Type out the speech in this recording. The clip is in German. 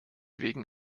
wegen